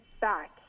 back